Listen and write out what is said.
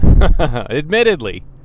Admittedly